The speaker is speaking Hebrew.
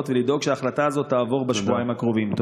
ולדאוג שההחלטה הזאת תעבור בשבועיים הקרובים.